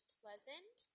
pleasant